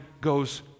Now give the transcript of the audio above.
goes